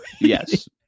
Yes